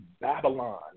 Babylon